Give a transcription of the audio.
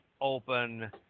open